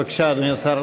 בבקשה, אדוני השר.